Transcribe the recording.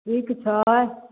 ठीक छै